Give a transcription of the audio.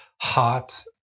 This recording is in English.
hot